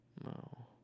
no